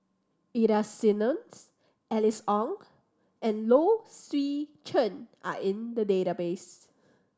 Ida Simmons Alice Ong and Low Swee Chen are in the database